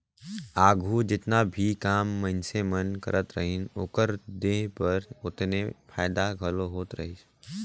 आघु जेतना भी काम मइनसे मन करत रहिन, ओकर देह बर ओतने फएदा घलो होत रहिस